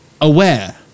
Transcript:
aware